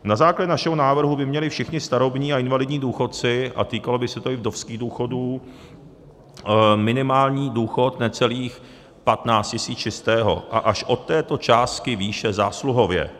Na základě našeho návrhu by měli všichni starobní a invalidní důchodci a týkalo by se to i vdovských důchodů minimální důchod necelých patnáct tisíc čistého a až od této částky výše zásluhově.